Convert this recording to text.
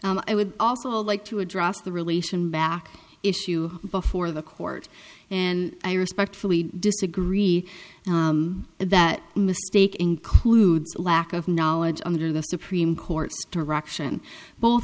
purpose i would also like to address the relation back issue before the court and i respectfully disagree that mistake includes a lack of knowledge under the supreme court's direction both